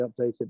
updated